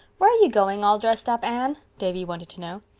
where are you going, all dressed up, anne? davy wanted to know.